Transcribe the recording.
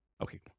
Okay